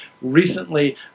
recently